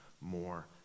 more